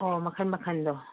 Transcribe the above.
ꯑꯣ ꯃꯈꯟ ꯃꯈꯟꯗꯣ